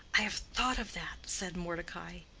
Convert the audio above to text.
i have thought of that, said mordecai.